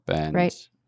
Right